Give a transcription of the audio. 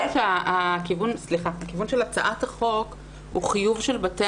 הכיוון של הצעת החוק הוא חיוב של בתי